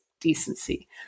decency